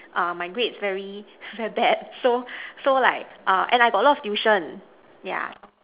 err my grades very very bad so so like err and I got a lot of tuition yeah